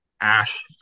ash